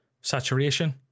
saturation